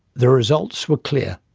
the results were clear,